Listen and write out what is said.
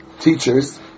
teachers